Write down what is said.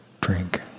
drink